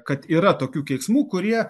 kad yra tokių keiksmų kurie